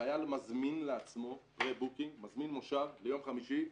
החייל מזמין לעצמו מושב ביום חמישי,